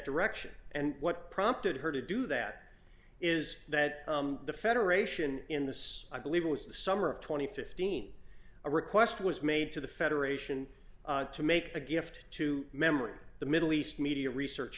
direction and what prompted her to do that is that the federation in this i believe it was the summer of two thousand and fifteen a request was made to the federation to make a gift to memory the middle east media research